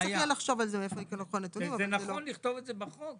זה נכון לכתוב את זה בחוק,